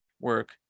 work